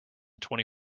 twenty